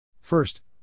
First